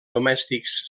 domèstics